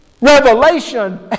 revelation